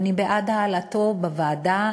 ואני בעד העלאתו בוועדה,